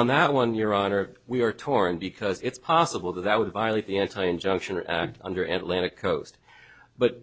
on that one your honor we are torn because it's possible that that would violate the anti injunction act under atlanta coast but